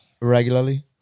regularly